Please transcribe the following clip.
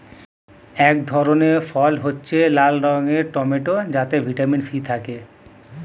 এক ধরনের ফল হচ্ছে লাল রঙের টমেটো যাতে ভিটামিন সি থাকে